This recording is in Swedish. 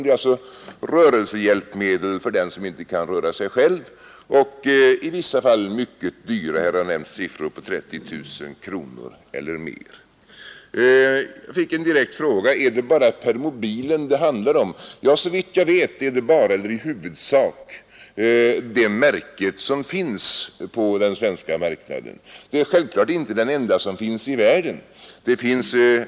Det är alltså rörelsehjälpmedel för dem som inte kan röra sig själva, i vissa fall mycket dyra; här har nämnts siffror på 30 000 kronor eller mer. Jag fick en direkt fråga: Är det bara permobilen det handlar om? Ja, såvitt jag vet är det bara, eller i huvudsak, det märket som finns på den svenska marknaden. Det är självklart inte det enda som finns i världen.